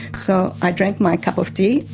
so i drank my cup of tea,